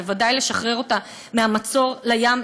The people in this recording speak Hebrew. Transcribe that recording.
בוודאי לשחרר אותה מהמצור לים,